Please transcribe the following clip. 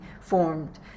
formed